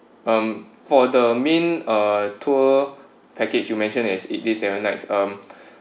um for the main uh tour package you mention is eight days seven nights um